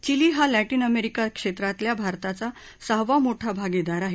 chilli हा Latin America क्षेत्रातल्या भारताचा सहावा मोठा भागिदार आहे